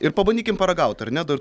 ir pabandykim paragaut ar ne da